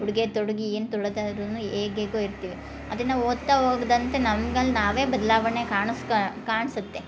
ಉಡುಗೆ ತೊಡುಗೆ ಏನು ತೊಡತ ಇದ್ದರೂನು ಹೇಗೆ ಹೇಗೋ ಇರ್ತೀವಿ ಅದೇ ನಾವು ಓದ್ತಾ ಹೋಗುದಂಥ ನಮ್ಮಲ್ಲಿ ನಾವೇ ಬದಲಾವಣೆ ಕಾಣಸ್ಕ ಕಾಣ್ಸತ್ತೆ